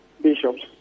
bishops